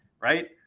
right